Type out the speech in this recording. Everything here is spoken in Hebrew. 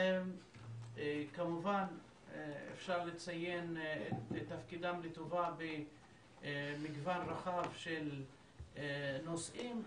כמובן אפשר לציין את תפקידם לטובה במגוון רחב של נושאים,